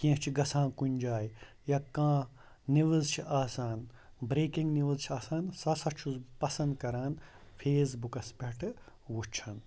کیٚنٛہہ چھُ گژھان کُنہِ جایہِ یا کانٛہہ نِوِز چھِ آسان برٛیکِنٛگ نِوِز چھِ آسان سُہ ہسا چھُس بہٕ پَسَنٛد کَران فیسبُکَس پٮ۪ٹھٕ وٕچھُن